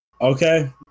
Okay